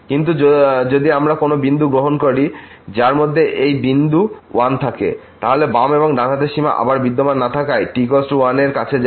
কিন্তু যদি আমরা কোন বিন্দু গ্রহণ করি যার মধ্যে এই বিন্দু 1 থাকে তাহলে বাম এবং ডান হাতের সীমা আবার বিদ্যমান না থাকায় আমরা t 1 এর কাছে যাই